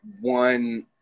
one